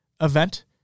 event